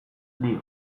dio